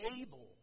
able